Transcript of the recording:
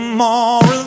more